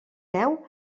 deu